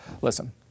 Listen